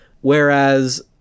Whereas